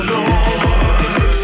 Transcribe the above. Lord